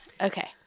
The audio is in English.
Okay